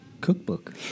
cookbook